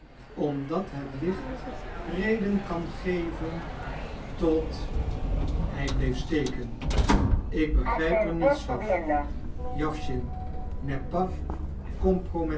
omdat het licht reden kan geven tot hij bleef steken ik begrijp er niets van jawschin n'est pas